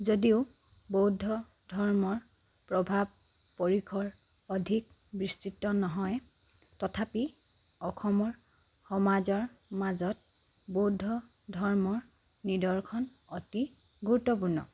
যদিও বৌদ্ধ ধৰ্মৰ প্ৰভাৱ পৰিসৰ অধিক বিস্তৃত নহয় তথাপি অসমৰ সমাজৰ মাজত বৌদ্ধ ধৰ্মৰ নিদৰ্শন অতি গুৰুত্বপূৰ্ণ